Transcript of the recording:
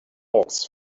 hawks